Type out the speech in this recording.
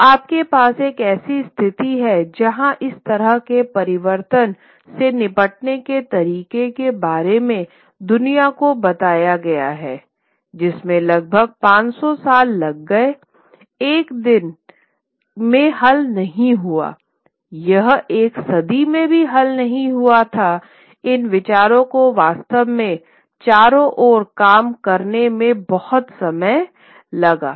तो आपके पास एक ऐसी स्थिति है जहां इस तरह के परिवर्तन से निपटने के तरीके के बारे में दुनिया को बताया गया है जिसमें लगभग 500 साल लग गए यह एक दिन में हल नहीं हुआ यह एक सदी में भी हल नहीं हुआ था इन विचारों को वास्तव में चारों ओर काम करने में बहुत समय लगा